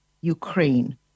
Ukraine